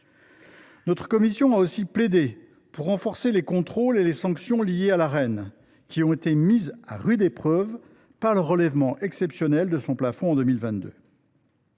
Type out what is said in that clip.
Notre commission a aussi plaidé pour renforcer les contrôles et les sanctions liées à l’Arenh, qui ont été mis à rude épreuve par le relèvement exceptionnel de son plafond en 2022.